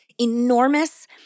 enormous